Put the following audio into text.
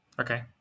Okay